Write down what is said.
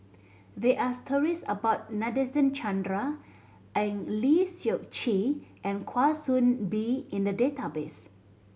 there are stories about Nadasen Chandra Eng Lee Seok Chee and Kwa Soon Bee in the database